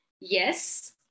yes